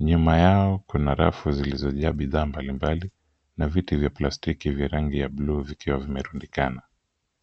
Nyuma yao kuna rafu zilizojaa bidhaa mbalimbali na viti vya plastiki vya rangi ya bluu vikiwa vimerundikana.